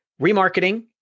remarketing